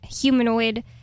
humanoid